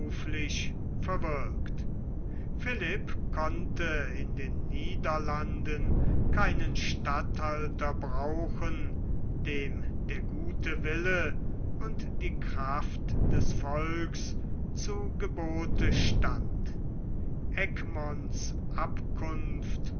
verwirkt philipp konnte in den niederlanden keinen statthalter brauchen dem der gute wille und die kraft des volks zu gebote stand egmonts abkunft